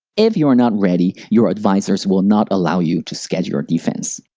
if you are not ready, your advisors will not allow you to schedule your defense.